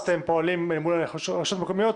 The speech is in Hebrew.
ובמשך 22 שנה הוא כבר בנה לעצמו התחייבויות